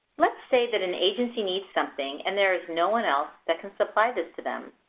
let's say that an agency needs something and there is no one else that can supply this to them.